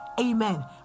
Amen